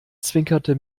zwinkerte